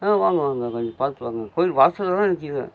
வாங்க வாங்க கொஞ்சம் பார்த்து வாங்க கோயில் வாசலில் தான் நிற்கிறேன்